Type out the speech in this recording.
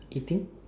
eating